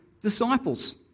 disciples